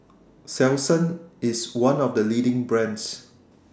Selsun IS one of The leading brands